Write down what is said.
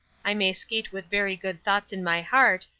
i may skate with very good thoughts in my heart,